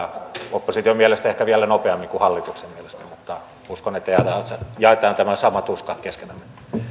opposition mielestä ehkä vielä nopeammin kuin hallituksen mielestä mutta uskon että jaamme tämän saman tuskan keskenämme